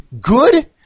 good